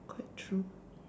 quite true